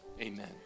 Amen